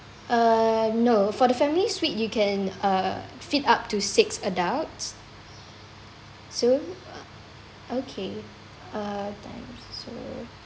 uh no for the family suite you can uh fit up to six adults so okay uh